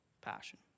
Passion